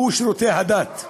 הוא שירותי הדת,